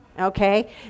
Okay